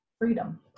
freedom